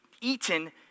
eaten